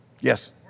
Yes